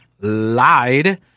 lied